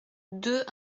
deux